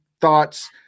thoughts